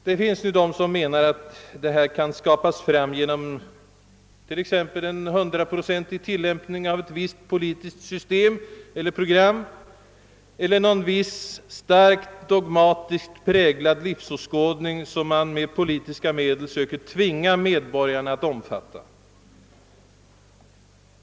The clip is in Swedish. Det finns de som menar att allt detta kan skapas fram genom t.ex. en hundraprocentig tillämpning av ett visst politiskt system eller program eller en viss, starkt dogmatiskt präglad livsåskådning, som man med politiska medel söker tvinga medborgarna att omfatta.